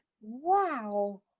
Wow